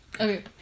Okay